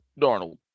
Darnold